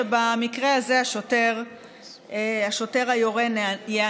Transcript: במקרה הזה יכול להיות שהשוטר היורה ייענש,